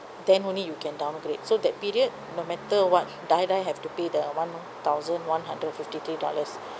then only you can downgrade so that period no matter what die die have to pay the one thousand one hundred and fifty three dollars